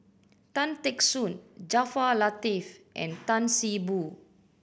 Tan Teck Soon Jaafar Latiff and Tan See Boo